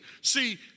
See